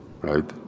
right